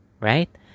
right